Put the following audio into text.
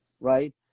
right